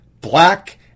black